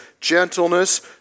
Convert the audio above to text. gentleness